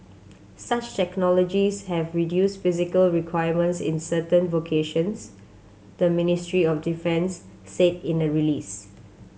such technologies have reduced physical requirements in certain vocations the Ministry of Defence said in a release